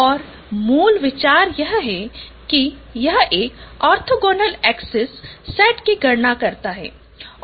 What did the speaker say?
और मूल विचार यह है कि यह एक नए ऑर्थोगोनल एक्सिस सेट की गणना करता है